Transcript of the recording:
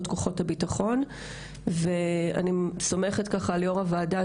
בכוחות הביטחון ואני סומכת ככה על יושבת הראש של הוועדה,